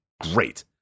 great